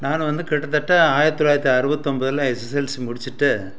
நான் வந்து கிட்டத்தட்ட ஆயிரத்தி தொள்ளாயிரத்தி அறுபத்தி ஒம்பதுல எஸ்எஸ்எல்சி முடிச்சிட்டு